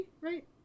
right